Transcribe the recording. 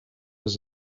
was